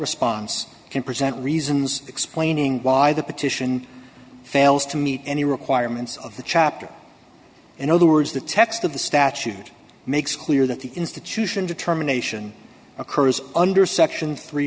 response can present reasons explaining why the petition fails to meet any requirements of the chapter in other words the text of the statute makes clear that the institution determination occurs under section three